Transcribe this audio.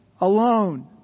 alone